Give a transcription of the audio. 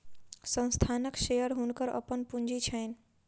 संस्थानक शेयर हुनकर अपन पूंजी छैन